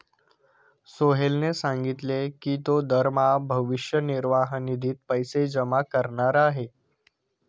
सोहेलने सांगितले की तो दरमहा भविष्य निर्वाह निधीत पैसे जमा करणार आहे